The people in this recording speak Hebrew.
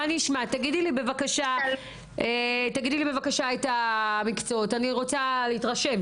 תגידי לי בבקשה את המקצועות אני רוצה להתרשם.